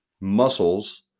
muscles